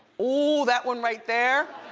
oh, that one right there.